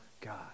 God